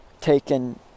taken